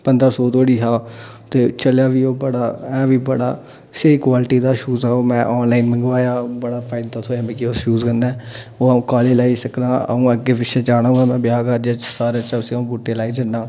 कोई पंदरा सौ धोड़ी हा ते चलेआ बी ओह् बड़ा ऐ बड़ा स्हेई क्वालिटी दा शूज़ हा ओहे मैं आनलाइन मंगाया बड़ा फायदा थ्होएया मिगी उस शूज़ कन्नै अऊं कालेज लाई सकना अऊं अग्गें पिच्छे जाना होए ब्याह् कारजै च सारे सभनें अऊं बूटेई लाई सकना